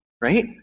right